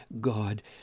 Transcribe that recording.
God